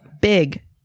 big